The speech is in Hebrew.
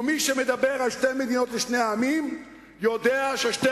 ומי שמדבר על שתי מדינות לשני עמים יודע שבשתי